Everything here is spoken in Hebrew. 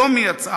היום היא יצאה.